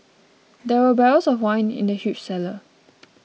there were barrels of wine in the huge cellar